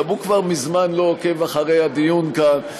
גם הוא כבר מזמן לא עוקב אחרי הדיון כאן.